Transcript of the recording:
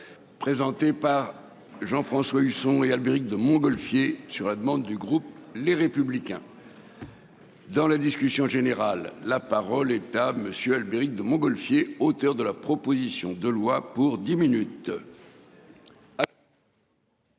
Présentée par Jean-François Husson et Albéric de Montgolfier sur la demande du groupe les républicains. Dans la discussion générale. La parole est à monsieur Albéric de Montgolfier, auteur de la proposition de loi pour 10 minutes.